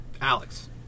Alex